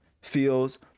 feels